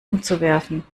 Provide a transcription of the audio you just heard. umzuwerfen